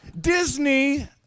Disney